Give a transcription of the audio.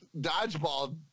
dodgeball